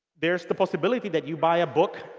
there's the possibility that you buy a book